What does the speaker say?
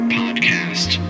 podcast